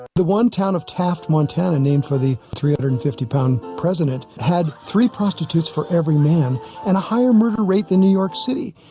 the one town of taft, montana named for the three hundred and fifty pound president had three prostitutes for every man and a higher murder rate than new york city